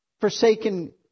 forsaken